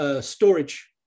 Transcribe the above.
storage